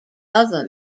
other